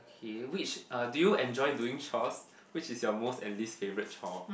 okay which uh do you enjoy doing chores which is your most and least favourite chore